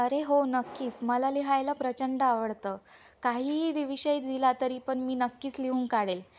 अरे हो नक्कीच मला लिहायला प्रचंड आवडतं काहीही वि विषय दिला तरी पण मी नक्कीच लिहून काढेल